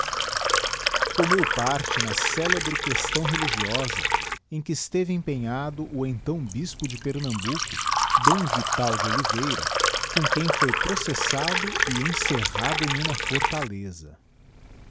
tomou parte na celebre questão religiosa em que esteve empenhado o então bispo de pernambuco d vital de oliveira com quem ioi processado e encerrado em uma fortaleza